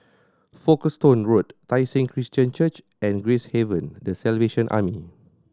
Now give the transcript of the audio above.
Folkestone Road Tai Seng Christian Church and Gracehaven The Salvation Army